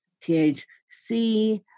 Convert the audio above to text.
thc